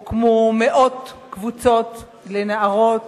הוקמו מאות קבוצות לנערות,